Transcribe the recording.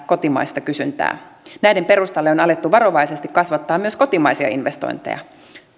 kotimaista kysyntää näiden perustalle on alettu varovaisesti kasvattaa myös kotimaisia investointeja